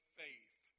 faith